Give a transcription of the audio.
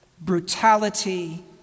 brutality